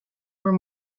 were